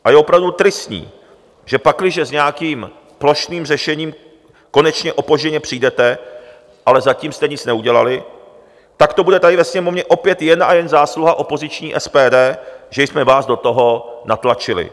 A je opravdu tristní, že pakliže s nějakým plošným řešením konečně opožděně přijdete, ale zatím jste nic neudělali, tak to bude tady ve Sněmovně opět jen a jen zásluha opoziční SPD, že jsme vás do toho natlačili.